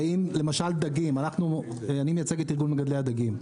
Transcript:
האם למשל דגים, אני מייצג את ארגון מגדלי הדגים.